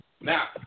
Now